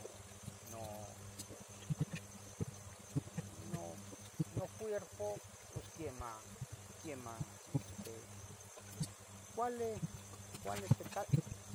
U no, no, nocuerpo posquemah, quiemah este, cuali, cuali ticateh